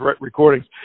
recordings